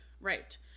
Right